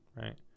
Right